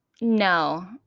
No